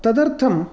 तदर्थं